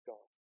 God